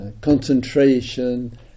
concentration